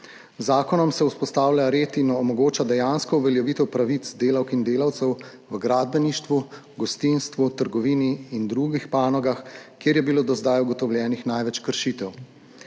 zakonom se vzpostavlja red in omogoča dejansko uveljavitev pravic delavk in delavcev v gradbeništvu, gostinstvu, trgovini in drugih panogah, kjer je bilo do zdaj ugotovljenih največ kršitev.